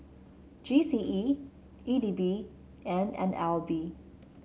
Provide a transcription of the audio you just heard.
G C E E D B and N L B